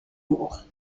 lourd